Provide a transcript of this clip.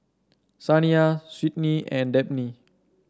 Saniyah Sydni and Dabney